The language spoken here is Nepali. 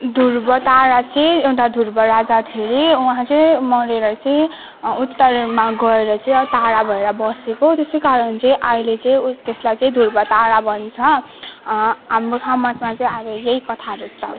ध्रुव तारा चाहिँ एउटा ध्रुव राजा थियो रे उहाँ चाहिँ मरेर चाहिँ उत्तरमा गएर चाहिँ तारा भएर बसेको त्यसैकारण चाहिँ अहिले चाहिँ त्यसलाई चाहिँ ध्रुव तारा भन्छ हाम्रो समाजमा चाहिँ अहिले यही कथाहरू छ